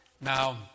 Now